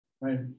right